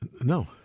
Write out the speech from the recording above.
No